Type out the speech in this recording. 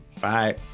Bye